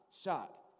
shot